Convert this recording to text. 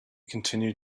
continued